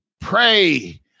pray